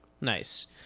Nice